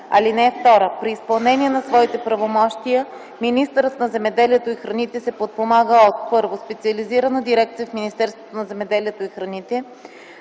така: „(2) При изпълнение на своите правомощия министърът на земеделието и храните се подпомага от: 1. специализирана дирекция в Министерството на земеделието и храните;